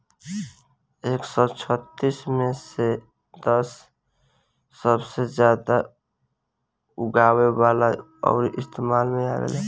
एक सौ छत्तीस मे से दस सबसे जादा उगावल जाला अउरी इस्तेमाल मे आवेला